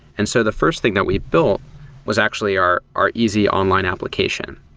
and so the first thing that we built was actually our our easy online application.